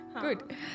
Good